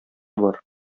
бар